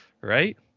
Right